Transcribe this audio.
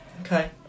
Okay